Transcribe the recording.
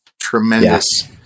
tremendous